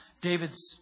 David's